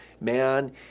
Man